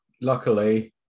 Luckily